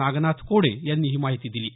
नागनाथ कोडे यांनी ही माहिती दिली आहे